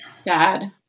sad